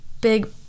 big